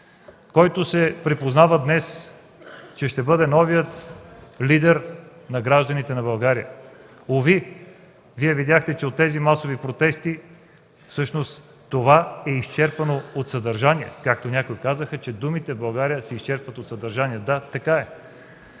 който се припознава днес, че ще бъде новият лидер на гражданите на България. Уви, Вие видяхте от тези масови протести, че това е изчерпано от съдържание. Както някои казаха, че думите в България се изчерпват от съдържание – да, така е.